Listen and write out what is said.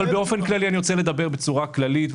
אבל אני רוצה לדבר בצורה כללית.